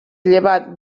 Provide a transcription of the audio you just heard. llevat